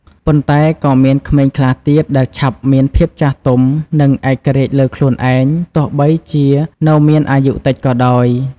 ប៉ុន្តែក៏មានក្មេងខ្លះទៀតដែលឆាប់មានភាពចាស់ទុំ និងឯករាជ្យលើខ្លួនឯង ទោះបីជានៅមានអាយុតិចក៏ដោយ។